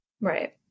Right